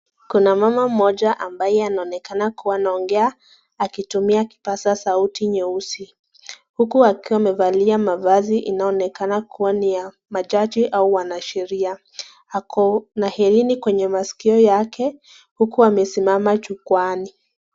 Kuna mama moja ambayo anaongea akitumia sauti nyeusi, huku akiwa amevalia mavazi kuwa ni ya majaji au ni ya sheria, akona herini kwenye maskio yake huku amesimama jukuani.